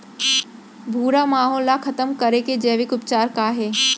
भूरा माहो ला खतम करे के जैविक उपचार का हे?